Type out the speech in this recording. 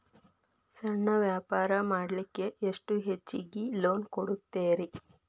ಸಣ್ಣ ವ್ಯಾಪಾರ ಮಾಡ್ಲಿಕ್ಕೆ ಎಷ್ಟು ಹೆಚ್ಚಿಗಿ ಲೋನ್ ಕೊಡುತ್ತೇರಿ?